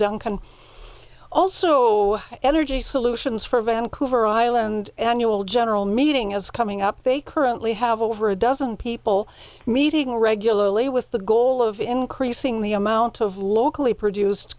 duncan also energy solutions for vancouver island annual general meeting as coming up they currently have over a dozen people meeting regularly with the goal of increasing the amount of locally produce